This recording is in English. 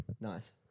Nice